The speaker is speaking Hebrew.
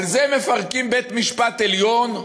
על זה מפרקים בית-משפט עליון?